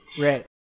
Right